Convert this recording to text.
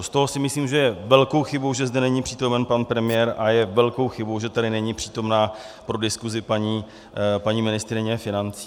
Proto si myslím, že je velkou chybou, že zde není přítomen pan premiér, a je velkou chybu, že tady není přítomna pro diskusi paní ministryně financí.